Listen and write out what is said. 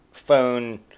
phone